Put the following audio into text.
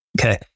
Okay